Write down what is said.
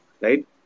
right